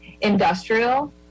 Industrial